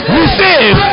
receive